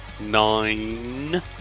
nine